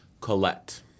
Colette